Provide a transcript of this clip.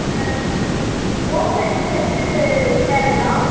ம் ஓம் சக்தி ஹெல்த்துகேருங்களா